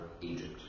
Egypt